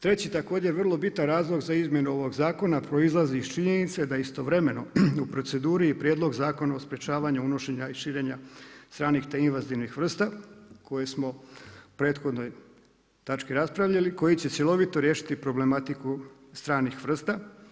Treći također vrlo bitan razlog za izmjenu ovog zakona proizlazi iz činjenice da istovremeno je u proceduri i Prijedlog Zakona o sprečavanju unošenja i širenja stranih te invazivnih vrsta koje smo prethodnoj točki raspravljali koji će cjelovito riješiti problematiku stranih vrsta.